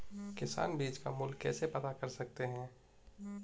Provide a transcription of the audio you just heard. किसान बीज का मूल्य कैसे पता कर सकते हैं?